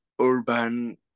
urban